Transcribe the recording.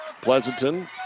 Pleasanton